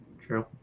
true